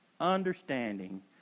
understanding